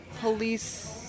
Police